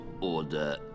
Order